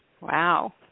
Wow